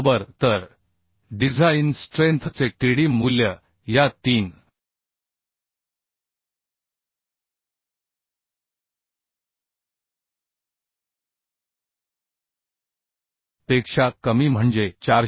बरोबर तर design strength चे Td मूल्य या 3 पेक्षा कमी म्हणजे 426